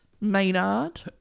Maynard